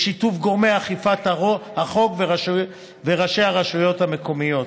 בשיתוף גורמי אכיפת החוק וראשי הרשויות המקומיות.